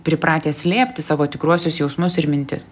pripratę slėpti savo tikruosius jausmus ir mintis